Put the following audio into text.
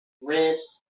Ribs